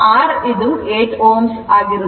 ಆದ್ದರಿಂದ ಇದು 40 volt ಆಗಿದೆ